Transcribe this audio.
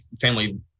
family